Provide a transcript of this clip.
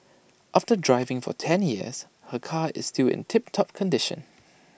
after driving for ten years her car is still in tip top condition